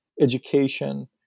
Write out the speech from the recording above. education